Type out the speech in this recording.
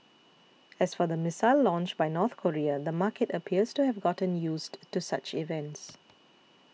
as for the missile launch by North Korea the market appears to have gotten used to such events